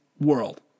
world